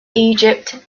egypt